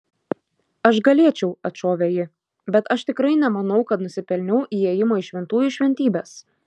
aš galėčiau atšovė ji bet aš tikrai nemanau kad nusipelniau įėjimo į šventųjų šventybes